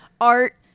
Art